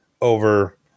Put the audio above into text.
over